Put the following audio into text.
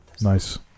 Nice